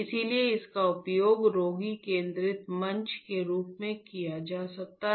इसलिए इसका उपयोग रोगी केंद्रित मंच के रूप में किया जा सकता है